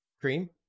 cream